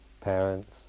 parents